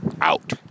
out